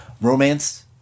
Romance